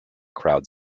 crowd